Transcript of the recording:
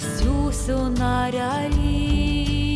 siųsiu naelį